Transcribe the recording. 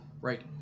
Right